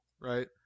right